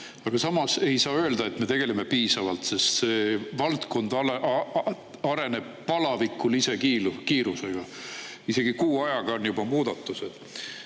Aga samas ei saa öelda, et me tegeleme piisavalt. See valdkond areneb palavikulise kiirusega, isegi kuu ajaga on juba muudatused.